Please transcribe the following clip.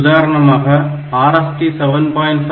உதாரணமாக RST 7